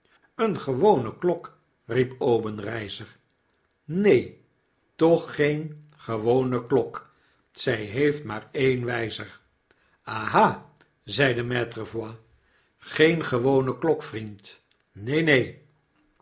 eene gewone klok riep obenreizer neen toch geen gewone klok zy heeft maar een wyzer w aha zeide maitre voigt geen gewone klok vriend neen neen